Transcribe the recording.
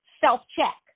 self-check